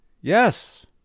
yes